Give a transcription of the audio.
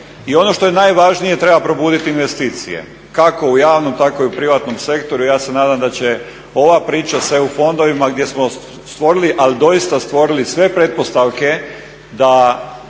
I ono što je najvažnije treba probuditi investicije kako u javnom tako i u privatnom sektoru. Ja se nadam da će ova priča s EU fondovima gdje smo stvorili ali doista stvorili sve pretpostavke da